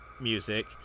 music